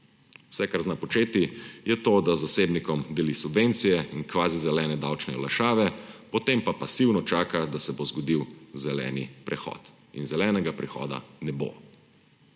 Vse, kar zna početi, je to, da zasebnikom deli subvencije in kvazi zelene davčne olajšave, potem pa pasivno čaka, da se bo zgodil zeleni prehod. In zelenega prehoda ne bo.